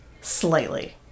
slightly